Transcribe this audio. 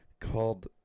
called